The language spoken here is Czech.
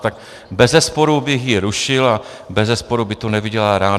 Tak bezesporu bych ji rušil a bezesporu by to neviděla ráda.